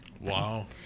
Wow